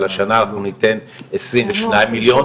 אבל השנה אנחנו ניתן עשרים ושניים מיליון.